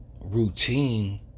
routine